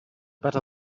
better